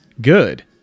good